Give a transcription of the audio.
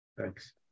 Thanks